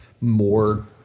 more